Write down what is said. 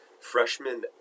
freshman